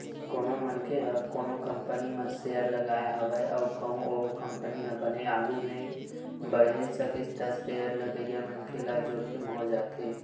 कोनो मनखे ह कोनो कंपनी म सेयर लगाय हवय अउ कहूँ ओ कंपनी ह बने आघु नइ बड़हे सकिस त सेयर लगइया मनखे ल जोखिम हो जाथे